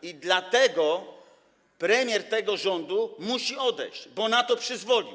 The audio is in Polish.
I dlatego premier tego rządu musi odejść, bo na to przyzwolił.